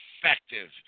effective